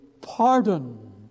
pardon